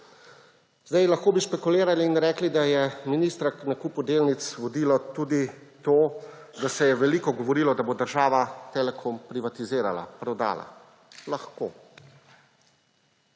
Lahko bi špekulirali in rekli, da je ministra k nakupu delnic vodilo tudi to, da se je veliko govorilo, da bo država Telekom privatizirala, prodala. Lahko.